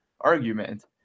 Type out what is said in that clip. argument